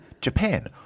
Japan